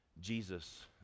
Jesus